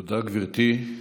תודה, גברתי.